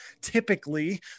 typically